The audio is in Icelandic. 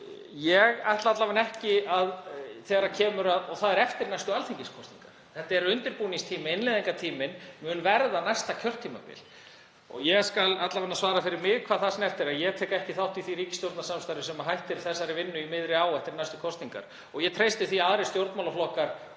á eftir að undirbúa það á árinu 2021. Það er eftir næstu alþingiskosningar. Undirbúningstíminn, innleiðingartíminn mun verða næsta kjörtímabil. Ég skal alla vega svara fyrir mig hvað það snertir. Ég tek ekki þátt í því ríkisstjórnarsamstarfi sem hættir þessari vinnu í miðri á eftir næstu kosningar. Og ég treysti því að aðrir stjórnmálaflokkar